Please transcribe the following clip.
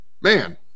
man